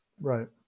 Right